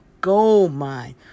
goldmine